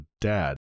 Dad